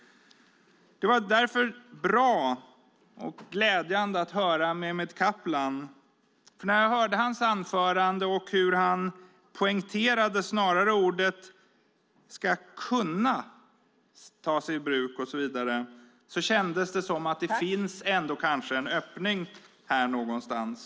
Det var därför bra och glädjande att höra Mehmet Kaplan. När jag hörde hans anförande och hur han snarare poängterade orden "ska kunna tas i bruk" och så vidare kändes det som att det kanske ändå finns en öppning här någonstans.